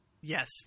yes